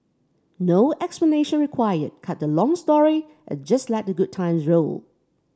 no explanation required cut the long story and just let the good times roll